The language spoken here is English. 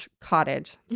Cottage